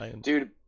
Dude